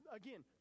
again